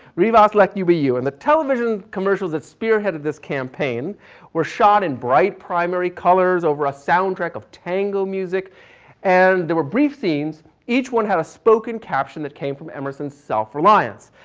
reeboks let you be you and the television commercials that spearheaded this campaign were shot in bright primary colors over a soundtrack of tango music and there were brief scenes, each one had a spoken caption that came from emerson's self reliance.